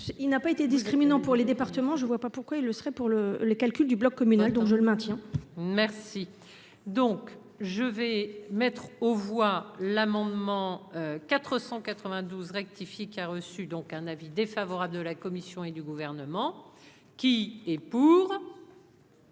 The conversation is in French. Il n'a pas été discriminant pour les départements, je vois pas pourquoi il le serait pour le le calcul du bloc communal, donc je le maintiens. Merci donc je vais mettre aux voix l'amendement 492 rectifié, qui a reçu, donc un avis défavorable de la Commission et du gouvernement qui est.